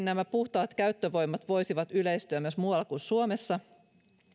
nämä puhtaat käyttövoimat voisivat kuitenkin yleistyä myös muualla kuin suomessa